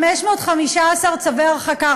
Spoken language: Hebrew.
515 צווי הרחקה,